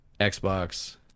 xbox